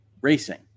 racing